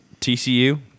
TCU